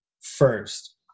first